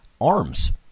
arms